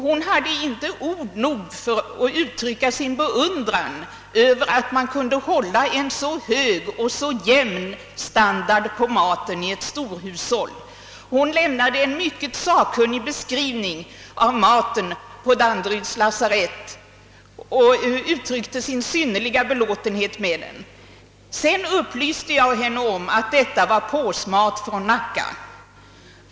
Hon hade inte ord nog för att uttrycka sin beundran över att man kunde hålla en så hög och så jämn standard på maten i ett storhushåll. Hon lämnade en mycket sakkunnig beskrivning av maten på Danderyds lasarett och uttryckte sin synnerliga belåtenhet med den. Sedan upplyste jag henne om att detta var påsmat från Nacka.